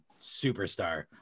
superstar